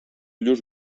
lluç